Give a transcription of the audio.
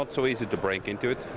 um so easy to break into it.